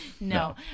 No